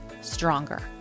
stronger